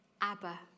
Abba